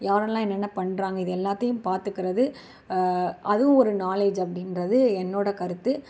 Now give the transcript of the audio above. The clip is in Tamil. யாரெல்லாம் என்னென்ன பண்ணுறாங்க இது எல்லாத்தையும் பார்த்துக்குறது அதுவும் ஒரு நாலேஜ் அப்படின்றது என்னோடய கருத்து